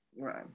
Right